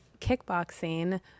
kickboxing